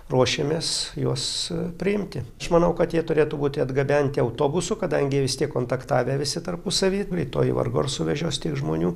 ruošiamės juos priimti aš manau kad jie turėtų būti atgabenti autobusu kadangi vis tiek kontaktavę visi tarpusavy greitoji vargu ar suvežios tiek žmonių